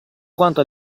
quanto